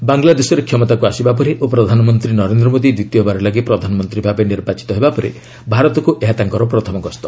ବାଂଲାଦେଶରେ କ୍ଷମତାକୁ ଆସିବାପରେ ଓ ପ୍ରଧାନମନ୍ତ୍ରୀ ନରେନ୍ଦ୍ର ମୋଦି ଦ୍ୱିତୀୟ ବାର ଲାଗି ପ୍ରଧାନମନ୍ତ୍ରୀ ଭାବେ ନିର୍ବାଚିତ ହେବା ପରେ ଭାରତକ୍ତ ଏହା ତାଙ୍କର ପ୍ରଥମ ଗସ୍ତ